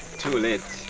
too late.